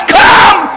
come